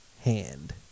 hand